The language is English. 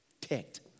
ticked